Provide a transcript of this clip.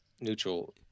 neutral